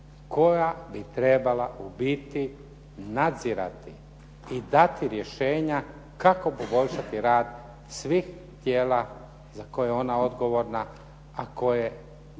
koja bi trebala u biti nadzirati i dati rješenja kako poboljšati rad svih tijela za koja je ona odgovorna a koje